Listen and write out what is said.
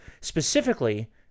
Specifically